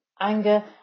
anger